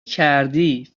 کردی